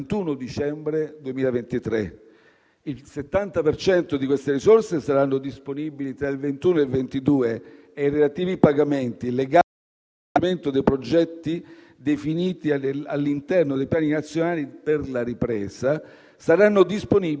allo svolgimento dei progetti definiti all'interno dei piani nazionali per la ripresa saranno disponibili fino alla fine del 2026, quando l'Unione interromperà l'emissione di titoli e inizierà il periodo di restituzione da parte degli Stati membri.